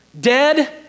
dead